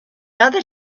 other